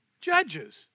judges